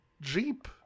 jeep